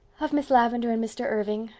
of miss lavendar and mr. irving,